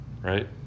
Right